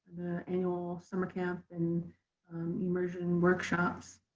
annual summer camp and immersion workshops.